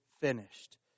finished